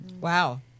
Wow